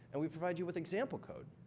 and we provide you with example code.